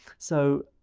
so,